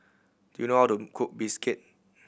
do you know how to cook bistake